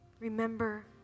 Remember